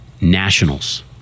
Nationals